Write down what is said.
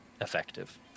effective